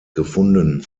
gefunden